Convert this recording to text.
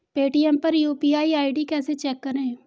Paytm पर UPI ID कैसे check करें?